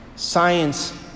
Science